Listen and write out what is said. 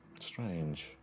Strange